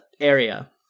area